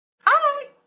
Hi